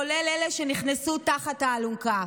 כולל אלה שנכנסו תחת האלונקה.